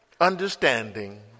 understanding